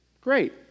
Great